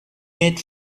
mid